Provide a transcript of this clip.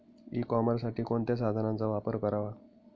E कॉमर्ससाठी कोणत्या साधनांचा वापर करावा?